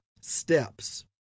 steps